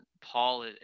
Paul